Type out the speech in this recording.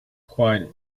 quite